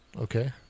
Okay